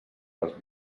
les